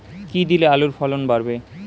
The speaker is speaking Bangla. কী দিলে আলুর ফলন বাড়বে?